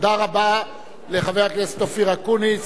תודה רבה לחבר הכנסת אופיר אקוניס,